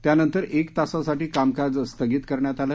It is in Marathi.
त्यानंतर एक तासासाठी कामकाज स्थगित करण्यात आलं